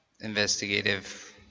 investigative